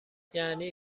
یعنی